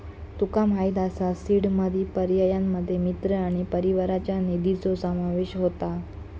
तुका माहित असा seed money पर्यायांमध्ये मित्र आणि परिवाराच्या निधीचो समावेश होता